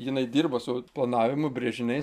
jinai dirba su planavimu brėžiniais